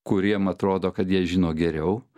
kuriem atrodo kad jie žino geriau